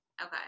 Okay